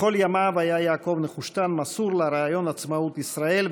בכל ימיו היה יעקב נחושתן מסור לרעיון עצמאות ישראל,